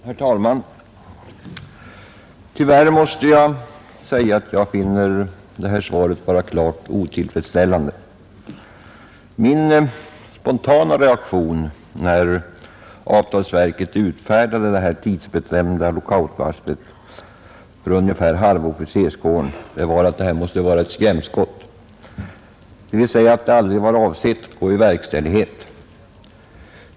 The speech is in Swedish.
Herr talman! Tyvärr finner jag försvarsministerns svar vara klart otillfredsställande. Min spontana reaktion när avtalsverket utfärdade sitt tidsbestämda lockoutvarsel för ungefär halva officerskåren var att det måste vara ett skrämskott, dvs. att det aldrig var avsett att gå i verkställighet.